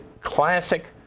classic